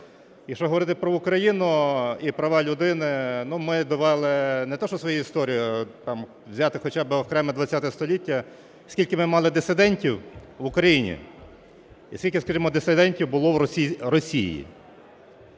Якщо говорити про Україну і права людини, ми довели не те, що своєю історією, там взяти хоча би окреме ХХ столітті, скільки ми мали дисидентів в Україні і скільки, скажімо, дисидентів було в Росії.